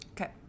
Okay